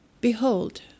Behold